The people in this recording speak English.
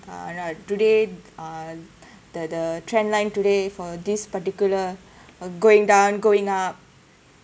uh today uh the the trend line today for this particular uh going down going up